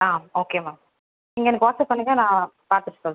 ஆ okay ma'am நீங்கள் எனக்கு WhatsApp பண்ணுங்கள் நான் பார்த்துட்டு சொல்றேன்